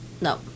No